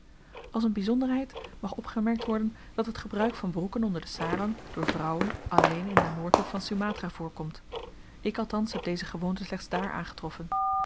als n byzonderheid mag opgemerkt worden dat het gebruik van broeken onder de sarong door vrouwen alleen in den noordhoek van sumatra voorkomt ik althans heb deze gewoonte slechts daar aangetroffen